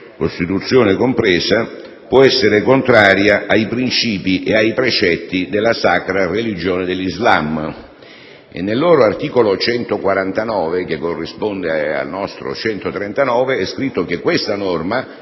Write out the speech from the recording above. Costituzione compresa, può essere contraria ai princìpi e ai precetti della sacra religione dell'Islam, e nel suo articolo 149, che corrisponde all'articolo 139 della nostra